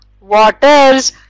waters